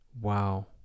Wow